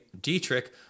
Dietrich